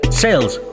sales